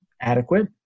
adequate